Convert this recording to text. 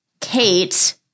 Kate